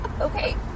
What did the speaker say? Okay